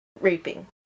raping